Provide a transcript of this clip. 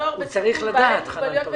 נוער בסיכון,